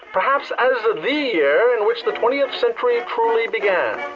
perhaps the year in which the twentieth century ah truly began